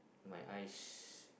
my eyes